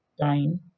time